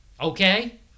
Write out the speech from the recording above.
okay